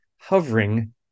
hovering